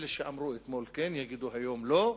אלה שאמרו אתמול "כן" יגידו היום "לא",